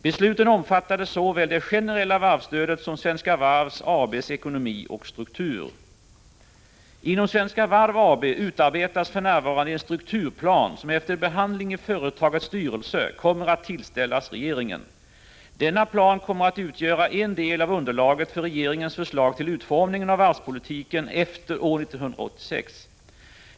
Besluten omfattade såväl det generella varvsstödet som Svenska Varv AB:s ekonomi och struktur. Inom Svenska Varv AB utarbetas för närvarande en strukturplan som efter behandling i företagets styrelse kommer att tillställas regeringen. Denna plan kommer att utgöra en del av underlaget för regeringens förslag till utformningen av varvspolitiken efter år 1986.